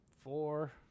four